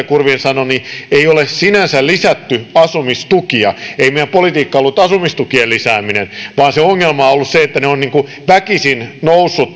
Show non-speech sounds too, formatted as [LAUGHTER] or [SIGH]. [UNINTELLIGIBLE] kurvinen sanoi ei ole sinänsä lisätty asumistukia ei meidän politiikka ollut asumistukien lisääminen vaan se ongelma on ollut se että ne asumistukimenot ovat tavallaan väkisin nousseet [UNINTELLIGIBLE]